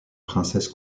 princesse